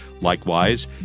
Likewise